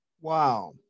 Wow